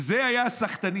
ואלה היו הסחטנים,